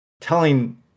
telling